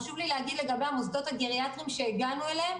חשוב לי להגיד לגבי המוסדות הגריאטריים שהגענו אליהם,